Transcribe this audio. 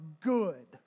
good